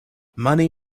money